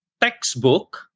Textbook